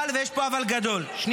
אבל, ויש פה אבל גדול -- כולל אחים לנשק.